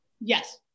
Yes